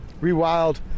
Rewild